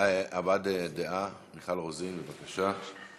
מיכל רוזין, בבקשה.